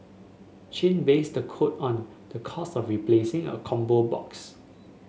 chin based the quote on the cost of replacing a combo box